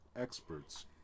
Experts